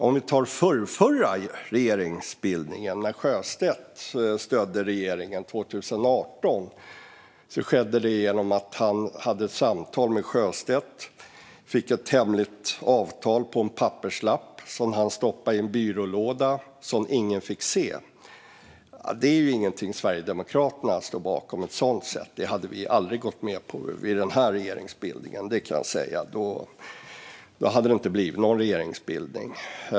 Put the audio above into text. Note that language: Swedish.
Men den förrförra regeringsbildningen 2018, när Sjöstedt stödde regeringen, skedde det genom ett samtal där Sjöstedt fick ett hemligt avtal på en papperslapp, som han stoppade i en byrålåda och som ingen fick se. Ett sådant sätt är inget som Sverigedemokraterna hade stått bakom. Det hade vi aldrig gått med på vid den här regeringsbildningen. Då hade det inte blivit någon regering.